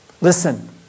listen